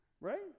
Right